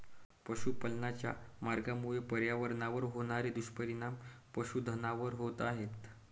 पशुपालनाच्या मार्गामुळे पर्यावरणावर होणारे दुष्परिणाम पशुधनावर होत आहेत